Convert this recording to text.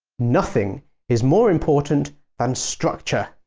nothing is more important than structure,